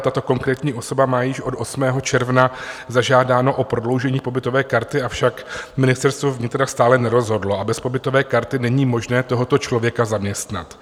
Tato konkrétní osoba má již od 8. června zažádáno o prodloužení pobytové karty, avšak Ministerstvo vnitra stále nerozhodlo, a bez pobytové karty není možné tohoto člověka zaměstnat.